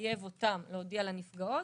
שמחייב אותם להגיע לנפגעות,